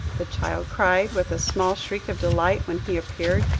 the child cried, with a small shriek of delight when he appeared,